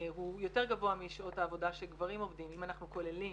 הוא יותר גבוה משעות העבודה שגברים עובדים אם אנחנו כוללים